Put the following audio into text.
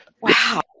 Wow